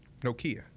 Nokia